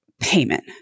payment